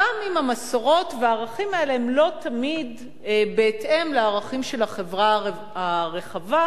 גם אם המסורות והערכים האלה הם לא תמיד בהתאם לערכים של החברה הרחבה,